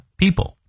people